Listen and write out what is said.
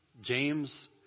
James